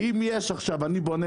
בתור אחד שמכיר,